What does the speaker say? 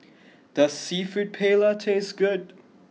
does seafood paella taste good